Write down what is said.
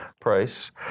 Price